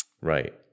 Right